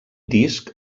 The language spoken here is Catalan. disc